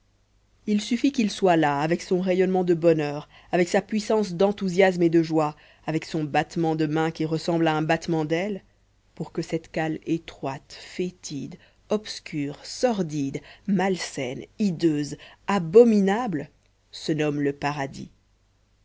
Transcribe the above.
il suffit qu'il soit là avec son rayonnement de bonheur avec sa puissance d'enthousiasme et de joie avec son battement de mains qui ressemble à un battement d'ailes pour que cette cale étroite fétide obscure sordide malsaine hideuse abominable se nomme le paradis